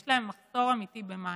יש להם מחסור אמיתי במים.